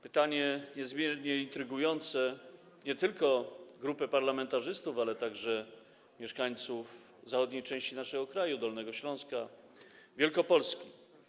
Pytanie niezmiernie intrygujące nie tylko dla grupy parlamentarzystów, ale także dla mieszkańców zachodniej części naszego kraju, Dolnego Śląska, Wielkopolski.